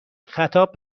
خطاب